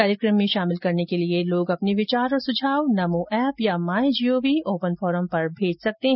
कार्यक्रम में शामिल करने के लिए लोग अपने विचार और सुझाव नमो एप या माई जीओवी ओपन फोरम पर भेज सकते हैं